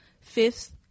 Fifth